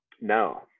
No